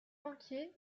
banquier